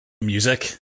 music